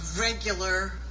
regular